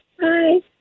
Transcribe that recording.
Hi